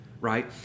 Right